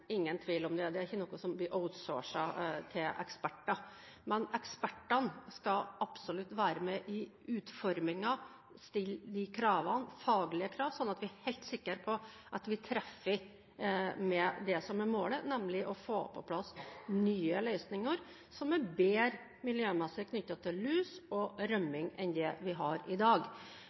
ingen tvil om det. Det er ikke noe som blir «outsourcet» til eksperter. Men ekspertene skal absolutt være med i utformingen og stille de faglige kravene, slik at vi er helt sikre på at vi treffer med det som er målet, nemlig å få på plass nye løsninger som er bedre miljømessig når det gjelder lus og rømming, enn det vi har i dag.